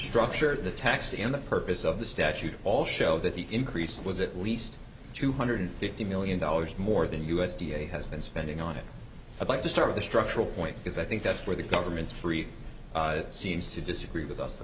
structure of the tax and the purpose of the statute all show that the increase was at least two hundred fifty million dollars more than u s d a has been spending on it i'd like to start the structural point because i think that's where the government's brief seems to disagree with us the